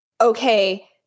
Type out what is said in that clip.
okay